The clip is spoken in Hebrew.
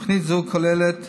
תוכנית זו כוללת